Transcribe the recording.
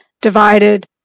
divided